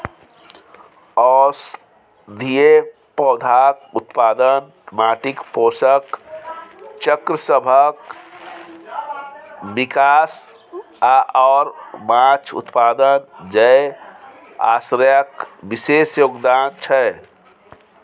औषधीय पौधाक उत्पादन, माटिक पोषक चक्रसभक विकास आओर माछ उत्पादन जैव आश्रयक विशेष योगदान छै